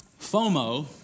FOMO